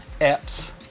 apps